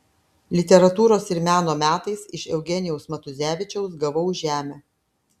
literatūros ir meno metais iš eugenijaus matuzevičiaus gavau žemę